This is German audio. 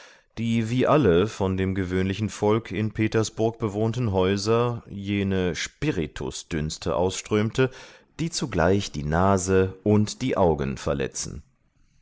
die wie alle von dem gewöhnlichen volk in petersburg bewohnten häuser jene spiritusdünste ausströmte die zugleich die nase und die augen verletzen